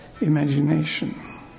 imagination